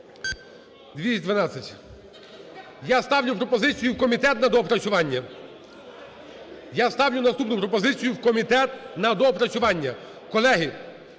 наступну пропозицію: у комітет на доопрацювання. Колеги,